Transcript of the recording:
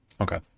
okay